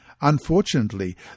Unfortunately